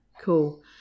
cool